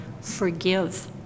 forgive